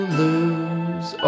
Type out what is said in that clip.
lose